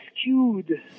skewed